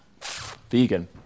vegan